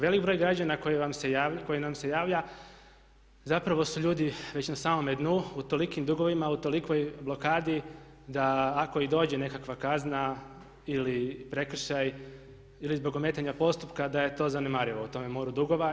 Velik broj građana koji nam se javlja zapravo su ljudi već na samome dnu u tolikim dugovima, u tolikoj blokadi da ako i dođe nekakva kazna ili prekršaj ili zbog ometanja postupka da je to zanemarivo u tome moru dugova.